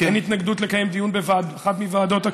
אין התנגדות לקיים דיון באחת הוועדות.